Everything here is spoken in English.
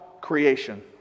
creation